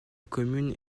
commune